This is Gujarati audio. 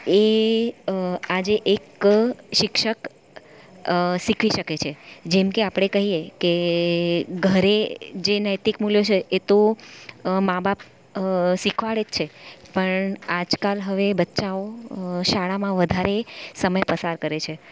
એ આજે એક શિક્ષક શીખવી શકે છે જેમ કે આપણે કહીએ કે ઘરે જે નૈતિક મૂલ્યો છે એ તો માં બાપ શીખવાડે જ છે પણ આજકાલ હવે બચ્ચાઓ શાળામાં વધારે સમય પસાર કરે છે